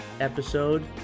episode